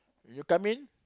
when you come in